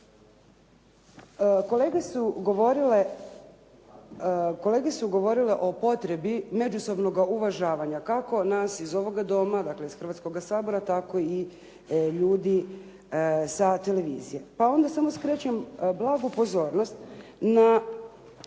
Kolege su govorile o potrebi međusobnoga uvažavanja, kako nas iz ovoga Doma, dakle iz Hrvatskoga sabora tako i ljudi sa televizije. Pa onda samo skrećem blagu pozornost na